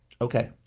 Okay